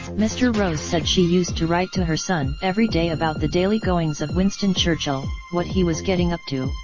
mr rose said she used to write to her son every day about the daily goings of winston churchill, what he was getting up to,